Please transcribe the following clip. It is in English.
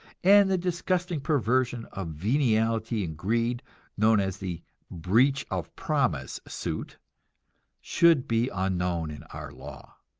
and the disgusting perversion of venality and greed known as the breach of promise suit should be unknown in our law.